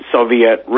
Soviet